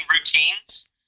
routines